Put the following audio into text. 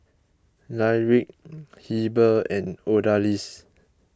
Lyric Heber and Odalys